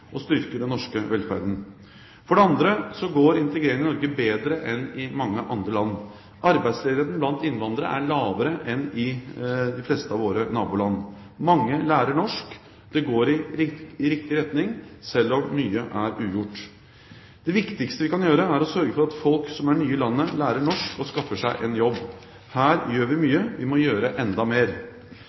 og styrker den norske velferden. For det andre går integreringen i Norge bedre enn i mange andre land. Arbeidsledigheten blant innvandrere er lavere enn i de fleste av våre naboland. Mange lærer norsk. Det går i riktig retning, selv om mye er ugjort. Det viktigste vi kan gjøre er å sørge for at folk som er nye i landet, lærer norsk og skaffer seg en jobb. Her gjør vi mye. Vi må gjøre enda mer.